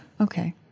okay